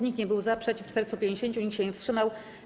Nikt nie był za, przeciw - 450, nikt się nie wstrzymał.